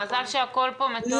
מזל שהכול פה מתועד.